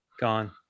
gone